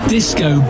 Disco